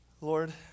Lord